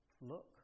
look